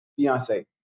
Beyonce